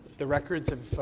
the records of